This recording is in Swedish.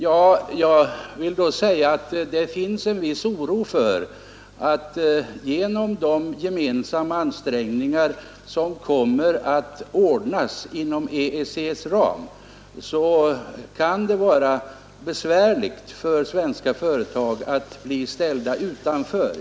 Jag vill med anledning därav säga att det finns en viss oro för att det, på grund av de gemensamma ansträngningar som kommer att göras inom EEC:s ram, kan bli besvärligt för svenska företag att vara ställda utanför.